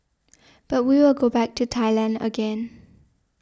but we will go back to Thailand again